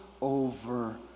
over